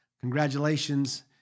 congratulations